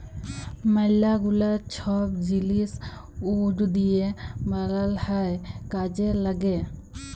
ম্যালা গুলা ছব জিলিস উড দিঁয়ে বালাল হ্যয় কাজে ল্যাগে